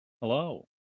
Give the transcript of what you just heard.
Hello